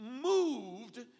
moved